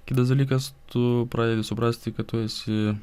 kitas dalykas tu pradedi suprasti kad tu esi